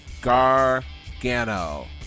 Gargano